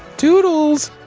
tootles